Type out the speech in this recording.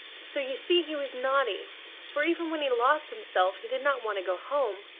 so you see he was naughty for even when he lost himself he did not want to go home.